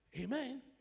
Amen